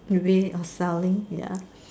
way of selling ya